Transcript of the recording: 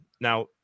Now